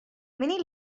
many